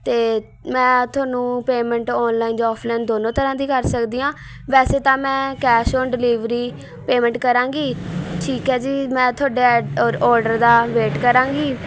ਅਤੇ ਮੈਂ ਤੁਹਾਨੂੰ ਤੁਹਾਨੂੰ ਪੇਅਮੈਂਟ ਔਨਲਾਈਨ ਜਾਂ ਔਫਲਾਈਨ ਦੋਨੋਂ ਤਰ੍ਹਾਂ ਦੀ ਕਰ ਸਕਦੀ ਹਾਂ ਵੈਸੇ ਤਾਂ ਮੈਂ ਕੈਸ਼ ਓਨ ਡਿਲੀਵਰੀ ਪੇਅਮੈਂਟ ਕਰਾਂਗੀ ਠੀਕ ਹੈ ਜੀ ਮੈਂ ਤੁਹਾਡੇ ਐ ਔਡਰ ਦਾ ਵੇਟ ਕਰਾਂਗੀ